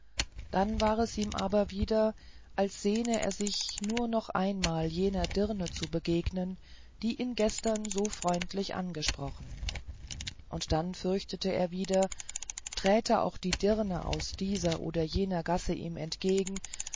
dann war es ihm aber wieder als sehne er sich nur noch einmal jener dirne zu begegnen die ihn gestern so freundlich angesprochen und dann fürchtete er wieder träte auch die dirne aus dieser oder jener gasse ihm entgegen